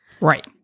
right